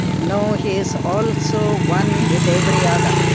know he is also one with every other.